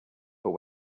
but